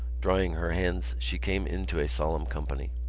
drying her hands she came into a solemn company.